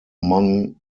among